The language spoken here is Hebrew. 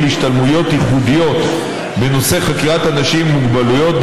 להשתלמויות ייחודיות בנושא חקירת אנשים עם מוגבלויות,